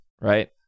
right